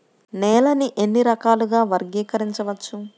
నేలని ఎన్ని రకాలుగా వర్గీకరించవచ్చు?